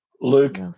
Luke